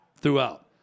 throughout